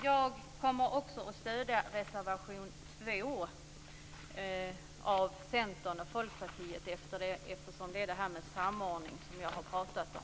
Jag kommer att stödja reservation 2 av Centern och Folkpartiet. Den handlar om samordning, som jag har talat om.